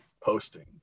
posting